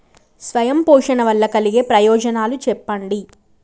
స్వయం పోషణ వల్ల కలిగే ప్రయోజనాలు చెప్పండి?